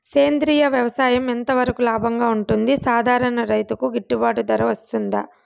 సేంద్రియ వ్యవసాయం ఎంత వరకు లాభంగా ఉంటుంది, సాధారణ రైతుకు గిట్టుబాటు ధర వస్తుందా?